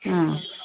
ಹಾಂ